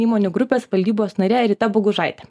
įmonių grupės valdybos narė rita bogužaitė